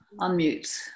unmute